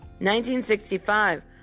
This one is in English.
1965